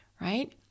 right